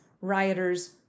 rioters